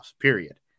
period